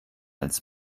als